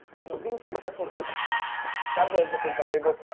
you know, being successful takes several different variables.